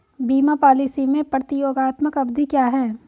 बीमा पॉलिसी में प्रतियोगात्मक अवधि क्या है?